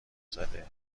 زده